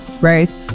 right